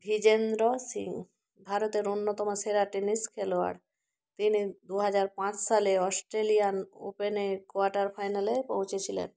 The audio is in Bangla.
দ্ধিজেন্দ্র সিং ভারতের অন্যতম সেরা টেনিস খেলোয়াড় তিনি দু হাজার পাঁচ সালে অস্ট্রেলিয়ান ওপেনের কোয়ার্টার ফাইনালে পৌঁছে ছিলেন